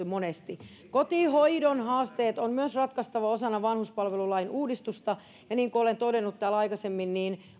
monesti kotihoidon haasteet on myös ratkaistava osana vanhuspalvelulain uudistusta ja niin kuin olen todennut täällä aikaisemmin